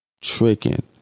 tricking